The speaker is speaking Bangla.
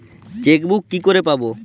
চেকবুক কি করে পাবো?